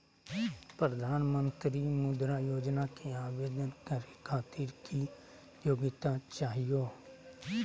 प्रधानमंत्री मुद्रा योजना के आवेदन करै खातिर की योग्यता चाहियो?